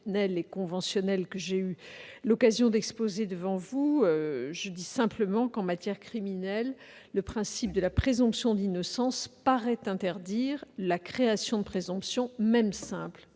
et conventionnelles que j'ai eu l'occasion d'exposer devant vous. J'ajouterai simplement que, en matière criminelle, le principe de la présomption d'innocence paraît interdire l'instauration d'une présomption, même simple,